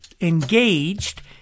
engaged